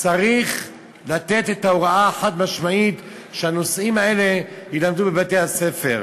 צריך לתת את ההוראה החד-משמעית שהנושאים האלה יילמדו בבתי-הספר.